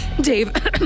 Dave